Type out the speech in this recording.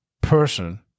person